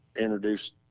introduced